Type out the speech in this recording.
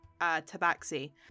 tabaxi